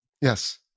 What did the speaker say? Yes